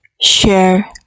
share